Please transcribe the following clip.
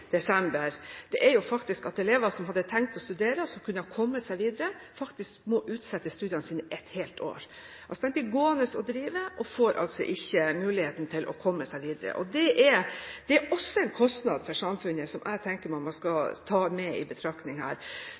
er at elever som hadde tenkt å studere, og som kunne ha kommet seg videre, faktisk må utsette studiene sine et helt år. De blir gående og drive og får altså ikke muligheten til å komme seg videre. Det er også en kostnad for samfunnet som jeg tenker man skal ta med i betraktningen her.